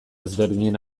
ezberdinen